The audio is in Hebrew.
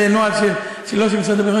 קודם כול זה נוהל לא של משרד הביטחון,